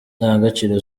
ndangagaciro